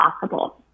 possible